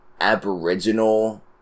aboriginal